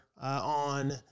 on